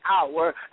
hour